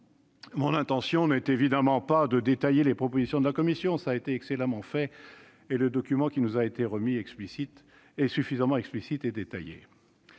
Mon intention n'est évidemment pas de détailler les propositions de la commission ; cela a été excellemment fait et le document qui nous a été remis est suffisamment explicite et détaillé.